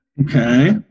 Okay